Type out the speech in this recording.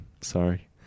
Sorry